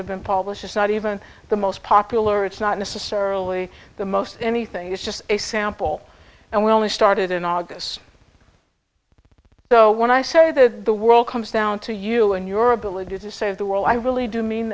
have been published it's not even the most popular it's not necessarily the most anything it's just a sample and we only started in august so when i say that the world comes down to you and your ability to save the world i really do mean